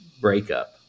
breakup